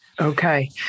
Okay